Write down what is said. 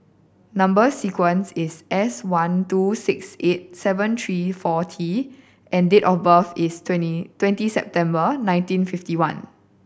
number sequence is S one two six eight seven three four T and date of birth is twenty September nineteen fifty one